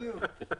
בדיוק.